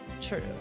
True